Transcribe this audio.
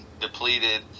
depleted